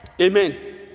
Amen